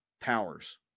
powers